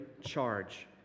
charge